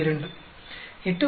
7 2